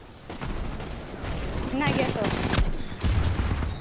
ᱢᱮᱱᱟᱜ ᱜᱮᱭᱟ ᱛᱚ